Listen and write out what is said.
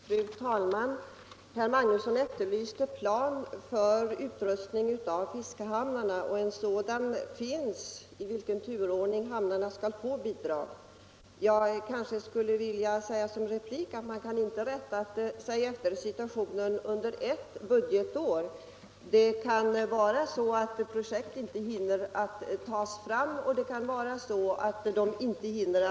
Fru talman! Herr Magnusson i Tanum efterlyste en plan för upprustning av fiskehamnarna.' Det finns en plan för i vilken ordning hamnarna skall få bidrag. Som replik till herr Magnusson skulle jag vilja säga att man inte kan rätta sig enbart efter situationen under ert budgetår. Det kan vara så att projekt inte hinner tas fram eller genomföras under det aktuella budgetåret.